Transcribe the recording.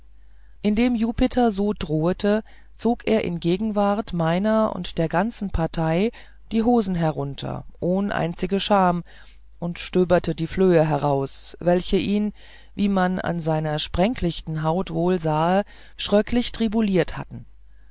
indem jupiter so drohete zog er in gegenwart meiner und der ganzen partei die hosen herunter ohn einzige scham und stöberte die flöhe daraus welche ihn wie man an seiner sprenklichten haut wohl sahe schröcklich tribuliert hatten